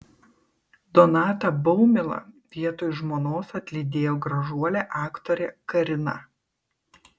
donatą baumilą vietoj žmonos atlydėjo gražuolė aktorė karina